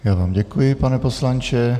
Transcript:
Já vám děkuji, pane poslanče.